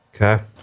Okay